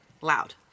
loud